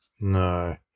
No